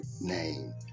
name